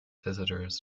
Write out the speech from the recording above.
visitors